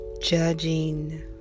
judging